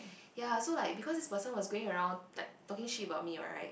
ya so like because this person was going around like talking shit about me right